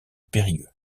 périgueux